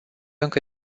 încă